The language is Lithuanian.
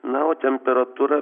na o temperatūra